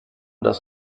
das